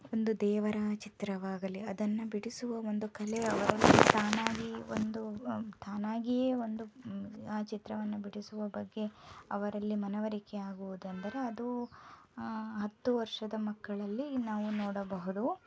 ಒಂದು ದೇವರ ಚಿತ್ರವಾಗಲಿ ಅದನ್ನು ಬಿಡಿಸುವ ಒಂದು ಕಲೆ ಅವರಲ್ಲಿ ತಾನಾಗಿಯೇ ಒಂದು ತಾನಾಗಿಯೇ ಒಂದು ಆ ಚಿತ್ರವನ್ನು ಬಿಡಿಸುವ ಬಗ್ಗೆ ಅವರಲ್ಲಿ ಮನವರಿಕೆ ಆಗುವುದೆಂದರೆ ಅದು ಹತ್ತು ವರ್ಷದ ಮಕ್ಕಳಲ್ಲಿ ನಾವು ನೋಡಬಹುದು